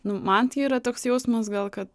nu man tai yra toks jausmas gal kad